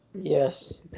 Yes